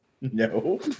No